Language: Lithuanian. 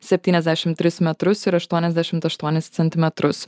septyniasdešim tris metrus ir aštuoniasdešim aštuonis centimetrus